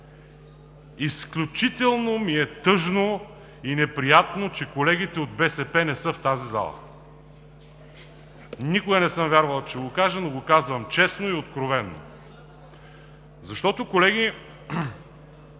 Изключително ми е тъжно и неприятно, че колегите от БСП не са в тази зала. Никога не съм вярвал, че ще го кажа, но го казвам честно и откровено. Защото, колеги,